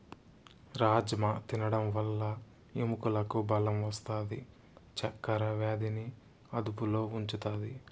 రాజ్మ తినడం వల్ల ఎముకలకు బలం వస్తాది, చక్కర వ్యాధిని అదుపులో ఉంచుతాది